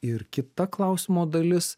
ir kita klausimo dalis